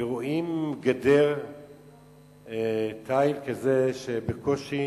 ורואים גדר תיל בקושי